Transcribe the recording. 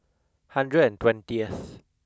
hundred and twentieth